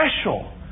special